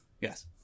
Yes